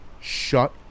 Shut